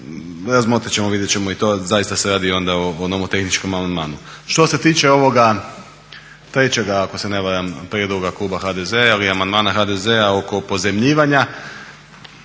Razmotrit ćemo, vidjet ćemo i to, zaista se radi onda o nomotehničkom amandmanu. Što se tiče ovoga trećega ako se ne varam prijedloga kluba HDZ-a ili amandmana HDZ-a oko pozajmljivanja,